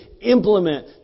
implement